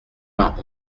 vingt